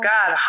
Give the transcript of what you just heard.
God